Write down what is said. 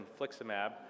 infliximab